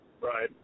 Right